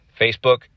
Facebook